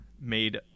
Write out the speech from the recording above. made